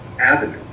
avenue